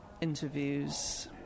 interviews